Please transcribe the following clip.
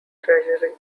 treasury